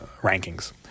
rankings